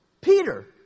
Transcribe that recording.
Peter